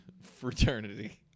fraternity